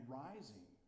rising